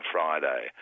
Friday